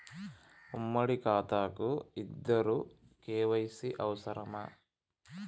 ఉమ్మడి ఖాతా కు ఇద్దరు కే.వై.సీ అవసరమా?